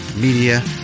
Media